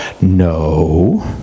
No